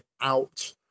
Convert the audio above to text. out